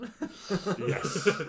Yes